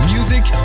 Music